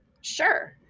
Sure